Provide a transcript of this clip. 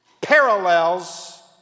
parallels